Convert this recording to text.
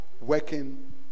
working